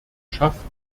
schafft